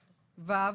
(ו),